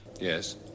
Yes